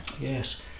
Yes